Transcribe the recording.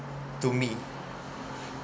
to me